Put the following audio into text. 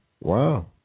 Wow